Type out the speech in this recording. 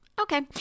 Okay